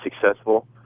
successful